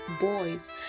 boys